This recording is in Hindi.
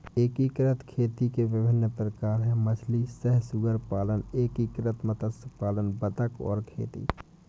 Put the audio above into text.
एकीकृत खेती के विभिन्न प्रकार हैं मछली सह सुअर पालन, एकीकृत मत्स्य पालन बतख और खेती